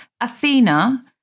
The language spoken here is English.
Athena